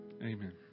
Amen